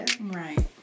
Right